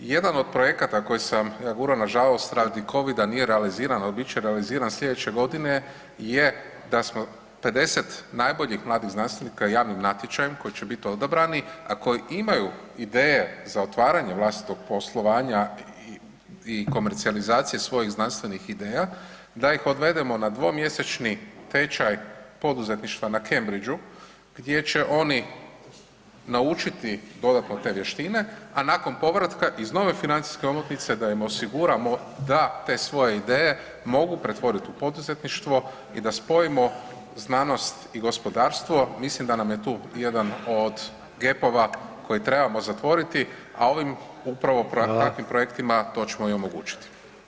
Jedan od projekata koje sam gurao, nažalost radi Covida nije realiziran, ali bit će realiziran sljedeće godine je da smo 50 najboljih mladih znanstvenika javnim natječajem kojim će biti odabrani, a koji imaju ideje za otvaranje vlastitog poslovanja i komercijalizacije svojih znanstvenih ideja, da ih odvedemo na dvomjesečni tečaj poduzetništva na Cambridgeu gdje će oni naučiti dodatno te vještine, a nakon povratka, iz nove financijske omotnice da im osiguramo da te svoje ideje mogu pretvoriti u poduzetništvo i da spojimo znanost i gospodarstvo, mislim da nam je tu jedan od „gapova“ koje trebamo zatvoriti, a ovim upravo [[Upadica: Hvala.]] takvim projektima, to ćemo i omogućiti.